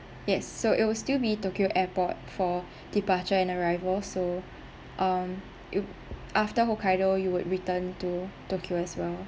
yes so it will still be tokyo airport for departure and arrival so um you after hokkaido you would return to tokyo as well